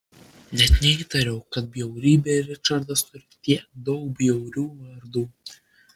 net neįtariau kad bjaurybė ričardas turi tiek daug bjaurių vardų